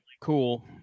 cool